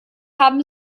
haben